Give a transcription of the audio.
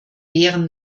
wären